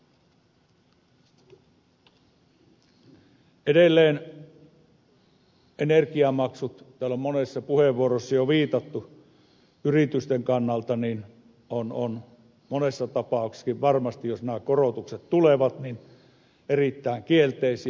edelleen energiamaksut joihin täällä on monessa puheenvuorossa jo viitattu ovat yritysten kannalta monessa tapauksessakin varmasti jos nämä korotukset tulevat erittäin kielteisiä